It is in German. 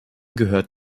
gehört